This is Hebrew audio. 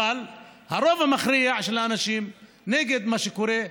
אבל הרוב המכריע של האנשים נגד מה שקורה,